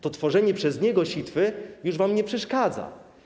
To tworzenie przez niego sitwy już wam nie przeszkadza.